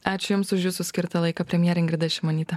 ačiū jums už jūsų skirtą laiką premjerė ingrida šimonytė